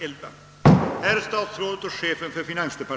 11.00.